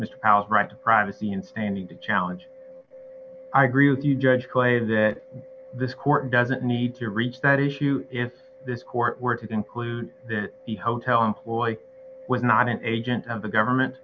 out right of privacy in standing to challenge i agree with you judge clay that this court doesn't need to reach that issue if this court were to conclude that the hotel employee was not an agent of the government